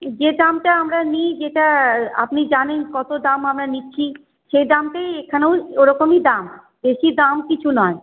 যে দামটা আমরা নিই যেটা আপনি জানেন কত দাম আমরা নিচ্ছি সেই দামটাই এখানেও ওরকমই দাম বেশি দাম কিছু নয়